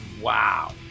wow